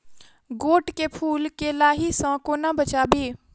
गोट केँ फुल केँ लाही सऽ कोना बचाबी?